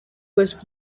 was